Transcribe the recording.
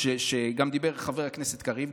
שגם דיבר עליו חבר הכנסת קריב.